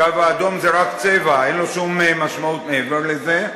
"קו אדום" זה רק צבע, אין לו שום משמעות מעבר לזה,